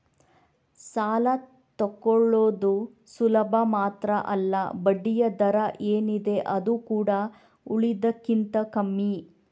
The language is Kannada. ಸಾಲ ತಕ್ಕೊಳ್ಳುದು ಸುಲಭ ಮಾತ್ರ ಅಲ್ಲ ಬಡ್ಡಿಯ ದರ ಏನಿದೆ ಅದು ಕೂಡಾ ಉಳಿದದಕ್ಕಿಂತ ಕಮ್ಮಿ